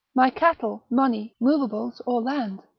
my cattle, money, movables or land,